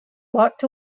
walked